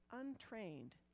untrained